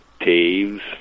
taves